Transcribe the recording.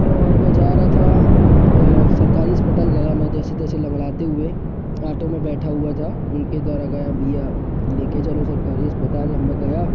और मैं जा रहा था सरकारी अस्पताल गया मैं जैसे तैसे लंगड़ाते हुए ऑटो में बैठा हुआ था उनके द्वारा गया भईया ले के चलो सरकारी अस्पताल गया